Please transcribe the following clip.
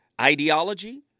ideology